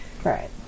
Right